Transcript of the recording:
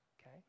okay